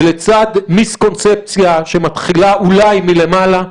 ולצד מיס קונספציה שמתחילה אולי מלמעלה,